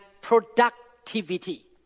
productivity